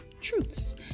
truths